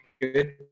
good